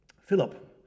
Philip